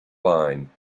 line